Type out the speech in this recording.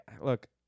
look